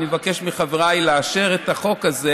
אני מבקש מחבריי לאשר את החוק הזה.